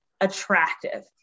attractive